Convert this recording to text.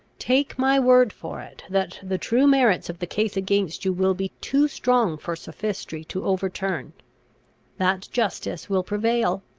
take my word for it, that the true merits of the case against you will be too strong for sophistry to overturn that justice will prevail,